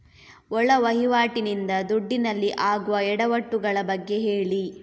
ಒಳ ವಹಿವಾಟಿ ನಿಂದ ದುಡ್ಡಿನಲ್ಲಿ ಆಗುವ ಎಡವಟ್ಟು ಗಳ ಬಗ್ಗೆ ಹೇಳಿ